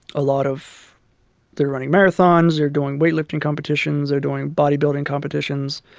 a lot of they're running marathons. they're doing weightlifting competitions. they're doing bodybuilding competitions.